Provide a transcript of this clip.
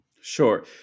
Sure